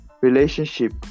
relationship